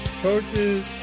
coaches